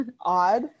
odd